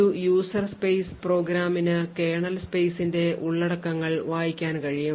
ഒരു user space പ്രോഗ്രാമിന് kernel സ്പെയ്സിന്റെ ഉള്ളടക്കങ്ങൾ വായിക്കാൻ കഴിയും